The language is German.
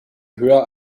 höher